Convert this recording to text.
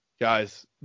guys